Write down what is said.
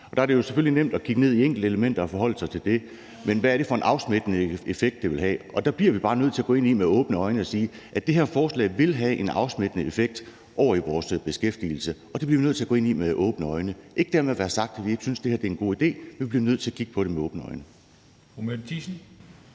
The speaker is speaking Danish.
Det er selvfølgelig nemt at kigge ned i enkeltelementer og forholde sig til dem, men hvad er det for en afsmittende effekt, det vil have? Og der bliver vi bare nødt til at gå ind i det med åbne øjne og sige, at det her forslag vil have en afsmittende effekt på vores beskæftigelse – det bliver vi nødt til at gå ind i med åbne øjne. Dermed ikke være sagt, at vi ikke synes, at det her er en god idé, men vi bliver nødt til at kigge på det med åbne øjne. Kl. 11:05